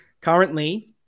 currently